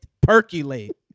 Percolate